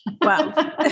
Wow